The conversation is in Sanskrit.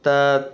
तत्